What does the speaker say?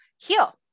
heal